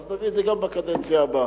נביא את זה גם בקדנציה הבאה.